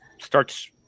starts